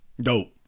dope